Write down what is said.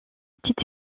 petite